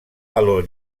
valor